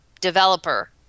developer